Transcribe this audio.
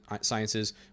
sciences